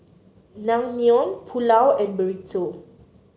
Naengmyeon Pulao and Burrito